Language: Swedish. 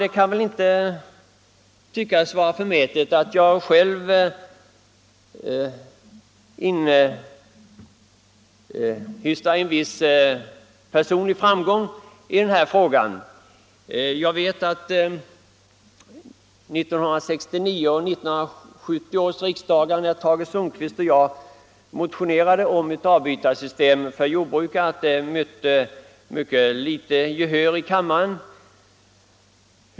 Det är väl inte förmätet av mig att jag inhöstar frågans utveckling som en personlig framgång. Då Tage Sundkvist och jag vid 1969 och 1970 års riksdagar motionerade om ett avbytarsystem för jordbrukare fick förslaget mycket litet gehör i kammaren.